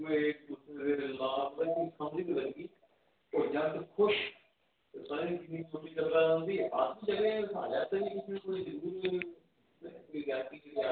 खुश